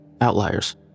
Outliers